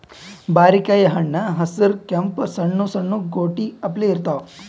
ಬಾರಿಕಾಯಿ ಹಣ್ಣ್ ಹಸ್ರ್ ಕೆಂಪ್ ಸಣ್ಣು ಸಣ್ಣು ಗೋಟಿ ಅಪ್ಲೆ ಇರ್ತವ್